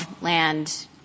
land